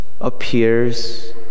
appears